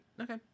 Okay